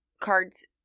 cards